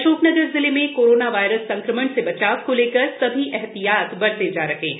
अशोकनगर जिले में corona virus संक्रमण से बचाव को लेकर सभी एहतियात बरते जा रहे हैं